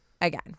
again